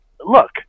look